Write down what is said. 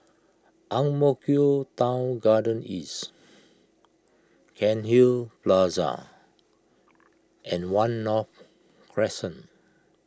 Ang Mo Kio Town Garden East Cairnhill Plaza and one North Crescent